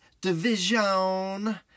division